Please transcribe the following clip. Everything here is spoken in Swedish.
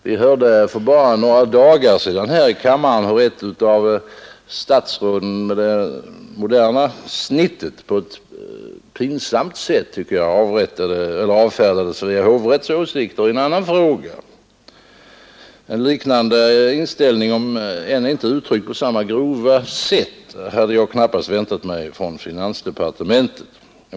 Vi hörde för bara några dagar sedan i denna kammare hur ett statsråd av det moderna snittet på ett pinsamt sätt, tycker jag, avfärdade Svea hovrätts åsikter i en annan fråga. En liknande inställning — om än inte uttryckt på samma grova sätt — hade jag knappast väntat från finansdepartementet.